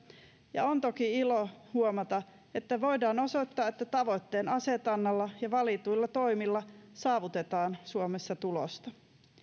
ja on toki ilo huomata että voidaan osoittaa että tavoitteen asetannalla ja valituilla toimilla saavutetaan suomessa tulosta